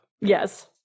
Yes